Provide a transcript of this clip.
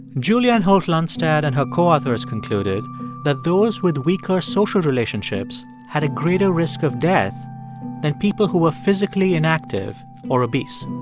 julianne holt-lunstad and her co-authors concluded that those with weaker social relationships had a greater risk of death than people who were physically inactive or obese.